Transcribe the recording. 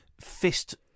fist